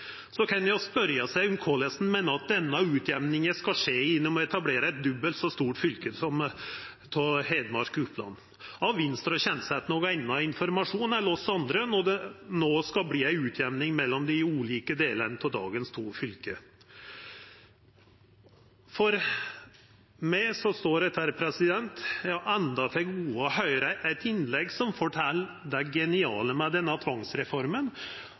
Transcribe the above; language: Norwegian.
Så kan ein spørja seg korleis ein meiner at denne utjamninga skal skje ved å etablera eit dobbelt så stort fylke som Hedmark og Oppland. Har Venstre og Kjenseth nokon annan informasjon enn oss andre når det no skal verta ei utjamning mellom dei ulike delane av dagens to fylke? Eg har enda til gode å høyra eit innlegg som fortel om det geniale med denne